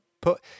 put